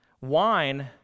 Wine